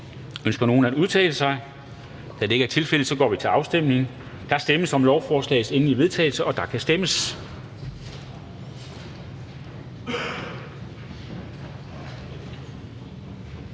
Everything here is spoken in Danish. så får de muligheden. Det er ikke tilfældet, så vi går til afstemning. Der stemmes om lovforslagets endelige vedtagelse, og der kan stemmes.